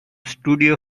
studio